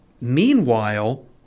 Meanwhile